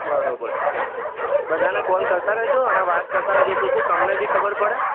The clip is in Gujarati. બરાબર છે બરાબર છે બધાને કોલ કરતા રહેજો અને વાત કરતા રહેજો તો શું તમને બી ખબર પડે